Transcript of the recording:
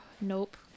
nope